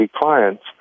clients